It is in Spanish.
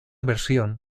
versión